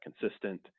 consistent